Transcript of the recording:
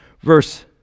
Verse